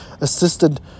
Assisted